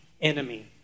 enemy